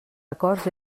acords